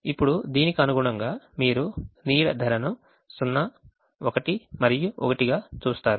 ఇప్పుడు దీనికి అనుగుణంగా మీరు నీడ ధరను 0 1 మరియు 1 గా చూస్తారు